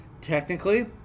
technically